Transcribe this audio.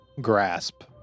grasp